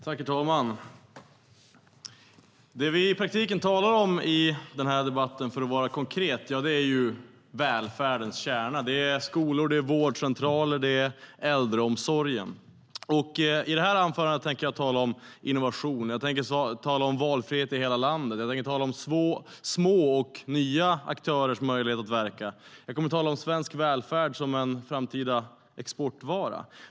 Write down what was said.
Herr talman! För att vara konkret: Det som vi i praktiken talar om i den här debatten är ju välfärdens kärna. Det är skolor, vårdcentraler och äldreomsorgen. I det här anförandet tänker jag tala om innovation, om valfrihet i hela landet, om små och nya aktörers möjlighet att verka. Vidare kommer jag att tala om svensk välfärd som en framtida exportvara.